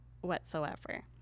whatsoever